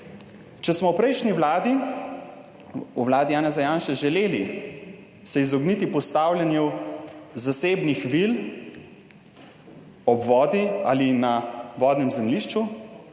Če smo v prejšnji vladi, v vladi Janeza Janše želeli se izogniti postavljanju zasebnih vil ob vodi ali na vodnem zemljišču